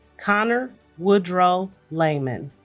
conner woodrow laman